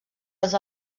els